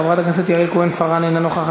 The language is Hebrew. חברת הכנסת יעל כהן-פארן, אינה נוכחת.